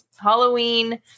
Halloween